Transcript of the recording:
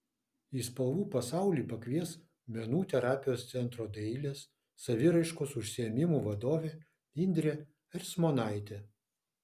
į spalvų pasaulį pakvies menų terapijos centro dailės saviraiškos užsiėmimų vadovė indrė ercmonaitė